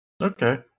Okay